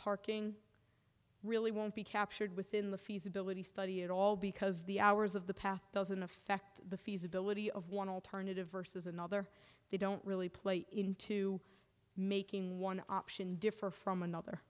parking really won't be captured within the feasibility study at all because the hours of the path doesn't affect the feasibility of one alternative versus another they don't really play into making one option differ from another